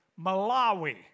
Malawi